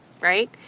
right